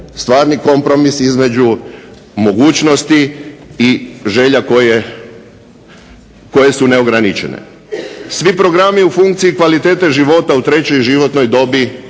stvarni kompromis između mogućnosti i želja koje su neograničene. Svi programi u funkciji kvalitete živoga u trećoj životnoj dobi